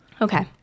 Okay